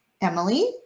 Emily